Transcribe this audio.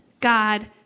God